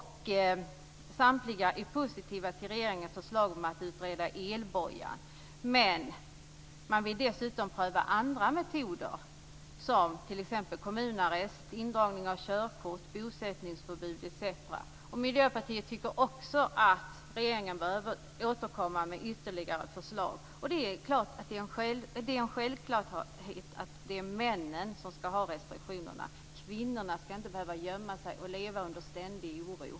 Samtliga är positiva till regeringens förslag om att utreda elbojan. Men man vill dessutom pröva andra metoder, som t.ex. kommunarrest, indragning av körkort, bosättningsförbud etc. Miljöpartiet tycker också att regeringen bör återkomma med ytterligare förslag. Det är en självklarhet att det är männen som skall ha restriktionerna. Kvinnorna skall inte behöva gömma sig och leva under ständig oro.